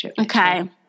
okay